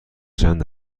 چند